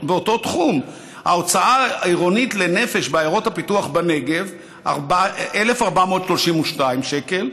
באותו תחום: ההוצאה העירונית לנפש בעיירות הפיתוח בנגב היא 1,432 שקל,